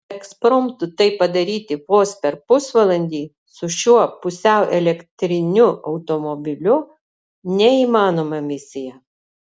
ekspromtu tai padaryti vos per pusvalandį su šiuo pusiau elektriniu automobiliu neįmanoma misija